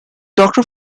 doctor